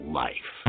life